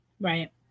Right